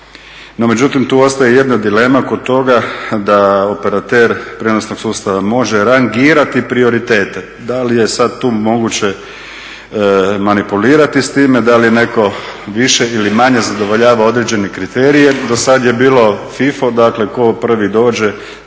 No međutim, tu ostaje jedna dilema kod toga da operater prijenosnog sustava može rangirati prioritete. Da li je sad tu moguće manipulirati s time, da li netko više ili manje zadovoljava određene kriterije. Dosad je bilo dakle tko prvi dođe